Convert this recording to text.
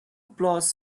plus